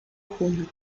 juno